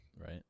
right